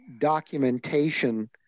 documentation